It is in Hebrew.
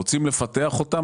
רוצים לפתח אותם,